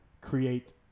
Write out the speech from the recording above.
create